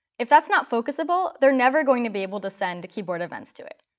if that's not focusable, they're never going to be able to send the keyboard events do it.